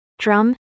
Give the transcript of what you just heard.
drum